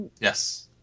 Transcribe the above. yes